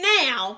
now